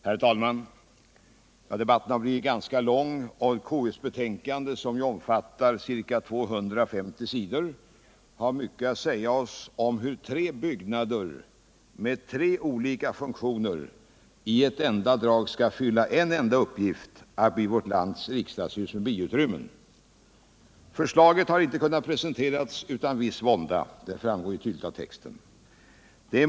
Herr talman! Debatten har blivit ganska lång i detta ärende. Betänkandet som omfattar ca 250 sidor har mycket att säga oss om hur tre byggnader med tre olika funktioner i ett enda drag skall fylla en enda uppgift — att bli vårt lands riksdagshus med biutrymmen. Förslaget har inte kunnat presenteras utan viss vånda, det framgår tydligt av texten.